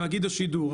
תאגיד השידור,